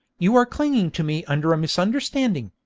you are clinging to me under a misunderstanding!